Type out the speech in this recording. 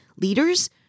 leaders